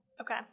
Okay